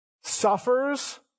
suffers